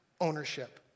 ownership